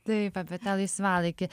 taip apie tą laisvalaikį